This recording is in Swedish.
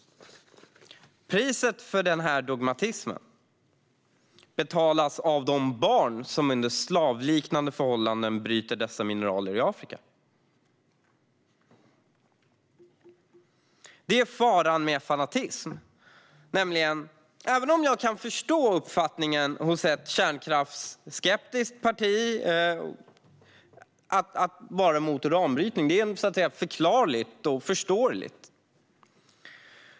Priset för denna dogmatism betalas av de barn som under slavliknande förhållanden bryter dessa mineraler i Afrika. Det är förståeligt att ett kärnkraftsskeptiskt parti är emot uranbrytning.